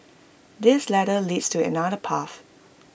this ladder leads to another path